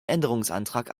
änderungsantrag